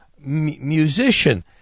musician